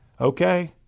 Okay